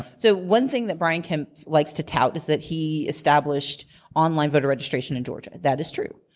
so one thing that brian kemp likes to tout is that he established online voter registration in georgia. that is true.